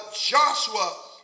Joshua